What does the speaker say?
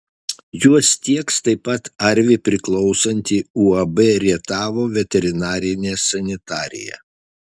juos tieks taip pat arvi priklausanti uab rietavo veterinarinė sanitarija